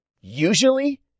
Usually